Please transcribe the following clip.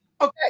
Okay